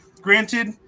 Granted